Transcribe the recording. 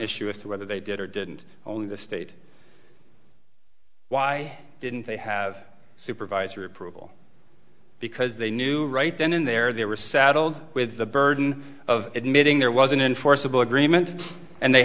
issue as to whether they did or didn't own the state why didn't they have supervisory approval because they knew right then and there they were saddled with the burden of admitting there was an enforceable agreement and they